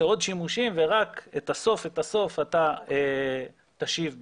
עוד שימושים ורק את הסוף את הסוף אתה תשיב בשאיפה.